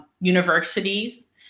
universities